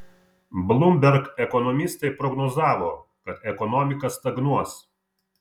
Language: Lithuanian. bloomberg ekonomistai prognozavo kad ekonomika stagnuos